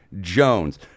Jones